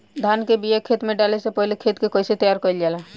धान के बिया खेत में डाले से पहले खेत के कइसे तैयार कइल जाला?